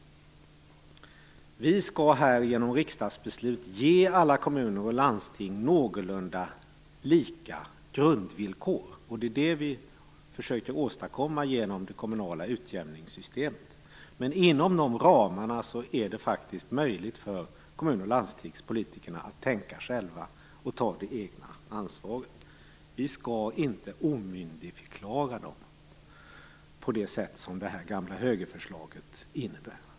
Vi skall genom riksdagsbeslut ge alla kommuner och landsting någorlunda lika grundvillkor. Det är det vi har försökt åstadkomma genom det kommunala utjämningssystemet. Men inom de ramarna är det faktiskt möjligt för kommun och landstingspolitikerna att tänka själva och ta det egna ansvaret. Vi skall inte omyndigförklara dem, på det sätt som det här gamla högerförslaget innebär.